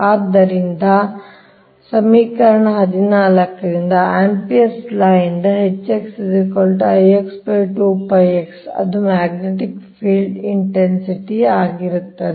ಆದ್ದರಿಂದ ಪ್ರದೇಶವು ಒಂದು ಚದರ ಮೀಟರ್ಗೆ dx ಆಗಿರುತ್ತದೆ ಎಂದು ನಾನು ನಿಮಗೆ ಹೇಳಿದೆ ಸಮೀಕರಣ ೧೪ ರಿಂದ ಅಂಪೇರ್ಸ್ ಲಾ ಇಂದ ಅದು ಮ್ಯಾಗ್ನೆಟಿಕ್ ಫೀಲ್ಡ್ ಇಂಟೆನ್ಸಿಟಿ ಆಗಿರುತ್ತದೆ